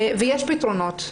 ויש פתרונות.